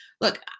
Look